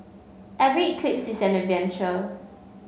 every eclipse is an adventure